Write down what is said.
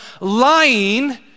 lying